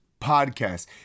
Podcast